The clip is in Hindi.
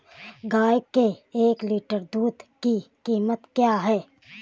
गाय के एक लीटर दूध की कीमत क्या है?